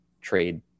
trade